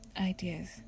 ideas